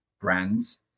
brands